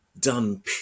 done